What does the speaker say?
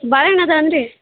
ಬಾಳೆ ಹಣ್ ಇದಾವ್ ಏನು ರೀ